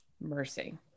mercy